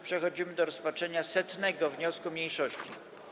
Przechodzimy do rozpatrzenia 100. wniosku mniejszości.